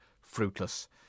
fruitless